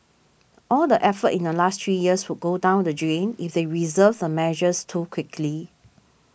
all the effort in the last three years would go down the drain if they reverse the measures too quickly